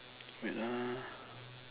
wait ah